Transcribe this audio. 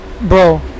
Bro